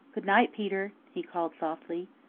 good night, peter, he called softly.